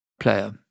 player